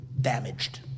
damaged